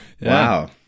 Wow